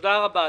תודה.